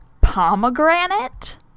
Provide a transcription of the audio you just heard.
pomegranate